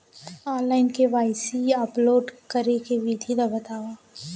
Online KYC upload करे के विधि ला बतावव?